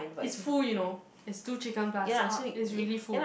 it's full you know it's two chicken plus uh it's really full